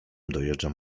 dojeżdżam